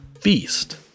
Feast